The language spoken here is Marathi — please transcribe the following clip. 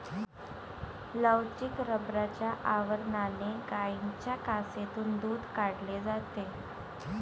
लवचिक रबराच्या आवरणाने गायींच्या कासेतून दूध काढले जाते